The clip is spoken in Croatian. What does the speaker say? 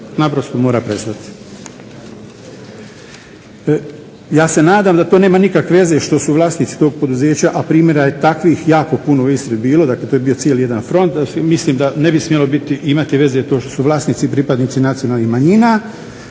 naprosto mora prestati. Ja se nadam da to nema nikakve veze što su vlasnici tog poduzeća, a primjera je takvih jako puno u Istri bilo, dakle to je bilo cijeli jedan front, mislim da ne bi smjelo imati veze to što su vlasnici pripadnici nacionalnih manjina,